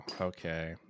okay